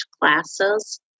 classes